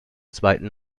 zweiten